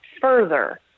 further